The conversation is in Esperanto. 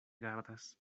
gardas